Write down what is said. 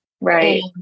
Right